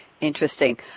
Interesting